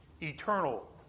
eternal